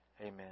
Amen